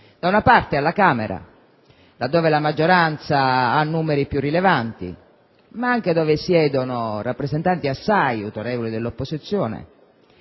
diversa alla Camera, dove la maggioranza ha numeri più rilevanti ma dove siedono anche rappresentanti assai autorevoli dell'opposizione.